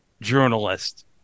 journalist